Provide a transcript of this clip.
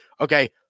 Okay